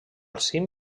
cim